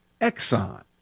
Exxon